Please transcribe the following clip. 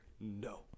No